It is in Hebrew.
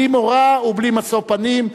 בלי מורא ובלי משוא פנים,